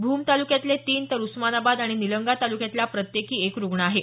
भूम तालुक्यातले तीन तर उस्मानाबाद आणि निलंगा तालुक्यातला प्रत्येकी एक रुग्ण आहे